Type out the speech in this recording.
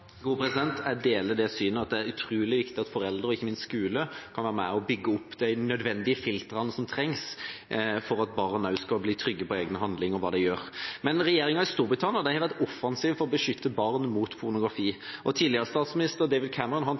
Jeg deler det synet at det er utrolig viktig at foreldre og ikke minst skolen kan være med og bygge opp de filtrene som trengs for at også barn skal bli trygge på egne handlinger og hva de gjør. Regjeringa i Storbritannia har vært offensive for å beskytte barn mot pornografi, og tidligere statsminister David Cameron